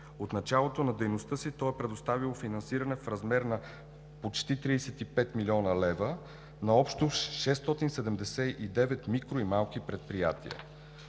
От началото на дейността си то е предоставило финансиране в размер на почти 35 млн. лв. на общо 679 микро- и малки предприятия.